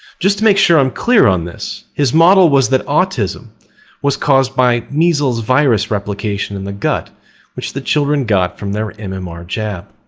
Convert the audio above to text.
just to make sure i'm clear on this. his model was that autism was caused by measles virus replication in the gut which the children got from their and mmr jab.